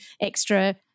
extra